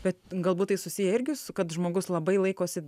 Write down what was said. bet galbūt tai susiję irgi su kad žmogus labai laikosi